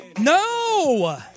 No